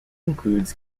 includes